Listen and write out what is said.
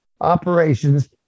Operations